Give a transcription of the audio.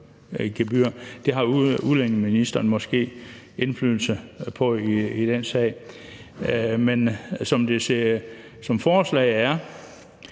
sag har udlændingeministeren måske indflydelse på. Som forslaget er,